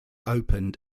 opened